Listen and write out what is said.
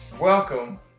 Welcome